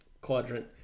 quadrant